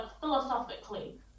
philosophically